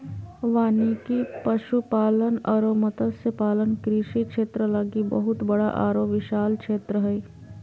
वानिकी, पशुपालन अरो मत्स्य पालन कृषि क्षेत्र लागी बहुत बड़ा आरो विशाल क्षेत्र हइ